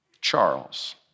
Charles